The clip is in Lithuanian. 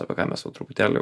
apie ką mes va truputėlį jau